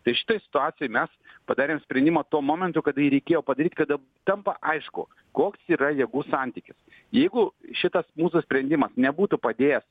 tai šitoj situacijoj mes padarėm sprendimą tuo momentu kada jį reikėjo padaryt kada tampa aišku koks yra jėgų santykis jeigu šitas mūsų sprendimas nebūtų padėjęs